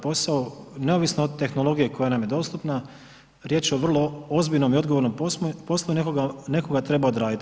Posao neovisno od tehnologije koja nam je dostupna, riječ je o vrlo ozbiljnom i odgovornom poslu i netko ga treba odraditi.